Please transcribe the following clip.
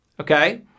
Okay